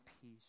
peace